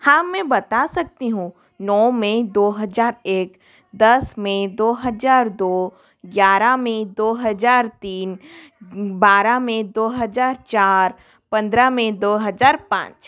हाँ मैं बता सकती हूँ नौ मेई दो हजार एक दस मेई दो हजार दो ग्यारह मेई दो हजार तीन बारह मेई दो हजार चार पंद्रह मेई दो हजार पाँच